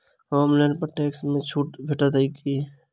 होम loan पर tax मे छुट भेटत की